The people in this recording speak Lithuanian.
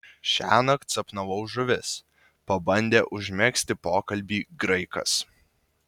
šiąnakt sapnavau žuvis pabandė užmegzti pokalbį graikas